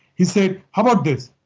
he said, how about this?